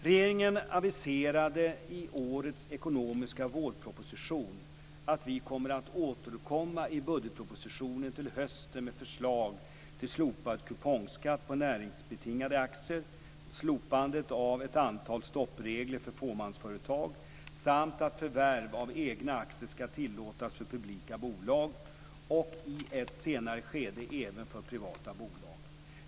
Regeringen aviserade i årets ekonomiska vårproposition att vi kommer att återkomma i budgetpropositionen till hösten med förslag till slopad kupongskatt på näringsbetingade aktier, slopandet av ett antal stoppregler för fåmansföretag samt att förvärv av egna aktier skall tillåtas för publika bolag, och i ett senare skede även för privata bolag.